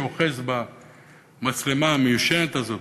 שאוחז במצלמה המיושנת הזאת,